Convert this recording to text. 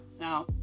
Now